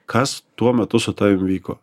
kas tuo metu su tavim vyko